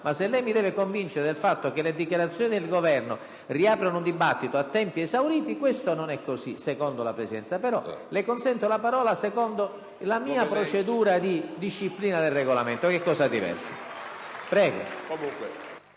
Ma se lei mi deve convincere del fatto che le dichiarazioni del Governo riaprono un dibattito a tempi esauriti, le dico che non è così secondo la Presidenza. Le concedo tuttavia la parola secondo la mia procedura di disciplina del Regolamento, che è cosa diversa.